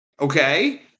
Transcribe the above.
Okay